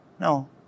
No